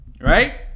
Right